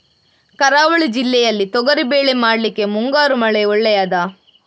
ಕರಾವಳಿ ಜಿಲ್ಲೆಯಲ್ಲಿ ತೊಗರಿಬೇಳೆ ಮಾಡ್ಲಿಕ್ಕೆ ಮುಂಗಾರು ಮಳೆ ಒಳ್ಳೆಯದ?